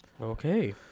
Okay